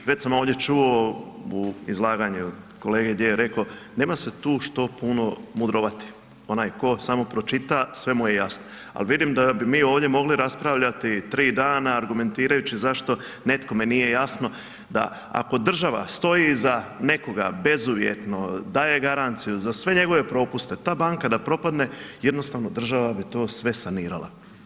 Već sam ovdje čuo u izlaganju kolege di je to rekao nema se tu što puno mudrovati, onaj tko samo pročita, sve mu je jasno ali vidim bi mi ovdje mogli raspravljati tri dana argumentirajući zašto nekome nije jasno da država stoji iza nekoga bezuvjetno, daje garanciju za sve njegove propuste, ta banka da propadne, jednostavno država bi to sve sanirala.